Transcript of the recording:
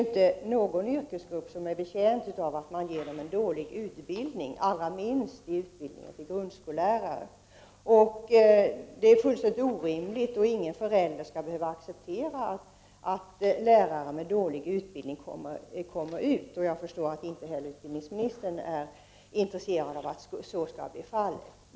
Ingen yrkesgrupp är betjänt av en dålig utbildning. Allra minst är grundskollärarna det. Detta är fullständigt orimligt, och ingen förälder skall behöva acceptera att lärare med dålig utbildning går ut från lärarhögskolorna. Jag förstår att inte heller utbildningsministern är intresserad av att så blir fallet.